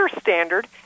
standard